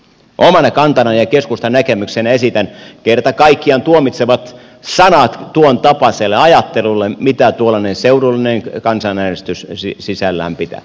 omana kantanani ja keskustan näkemyksenä esitän kerta kaikkiaan tuomitsevat sanat tuontapaiselle ajattelulle mitä tuollainen seudullinen kansanäänestys sisällään pitää